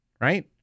right